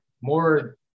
more